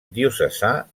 diocesà